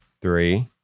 Three